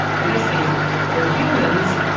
your next thing is for humans,